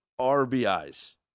RBIs